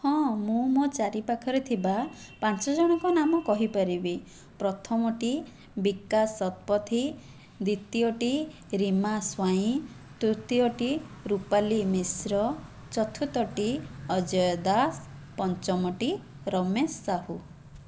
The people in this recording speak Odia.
ହଁ ମୁଁ ମୋ ଚାରିପାଖରେ ଥିବା ପାଞ୍ଚଜଣଙ୍କ ନାମ କହିପାରିବି ପ୍ରଥମଟି ବିକାଶ ଶତପଥି ଦ୍ୱିତୀୟଟି ରିମା ସ୍ୱାଇଁ ତୃତୀୟଟି ରୂପାଲି ମିଶ୍ର ଚତୁର୍ଥଟି ଅଜୟ ଦାସ ପଞ୍ଚମଟି ରମେଶ ସାହୁ